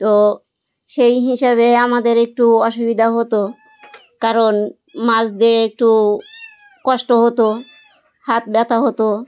তো সেই হিসাবে আমাদের একটু অসুবিধা হতো কারণ মাজতে একটু কষ্ট হতো হাত ব্যথা হতো